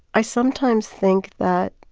i sometimes think that